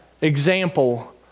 example